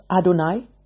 Adonai